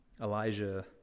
Elijah